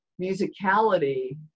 musicality